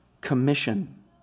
Commission